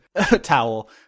towel